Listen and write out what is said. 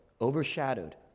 overshadowed